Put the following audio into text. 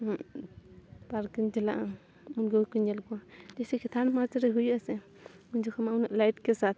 ᱯᱟᱨᱠᱤᱧ ᱪᱟᱞᱟᱜᱼᱟ ᱩᱱᱠᱩ ᱜᱮᱠᱚ ᱧᱮᱞ ᱠᱚᱣᱟ ᱡᱮᱭᱥᱮ ᱠᱮᱛᱟᱱ ᱢᱟᱨᱪ ᱨᱮ ᱦᱩᱭᱩᱜᱼᱟ ᱥᱮ ᱩᱱ ᱡᱚᱠᱷᱚᱱ ᱢᱟ ᱩᱱᱟᱹᱜ ᱞᱟᱭᱤᱴ ᱠᱮ ᱥᱟᱛ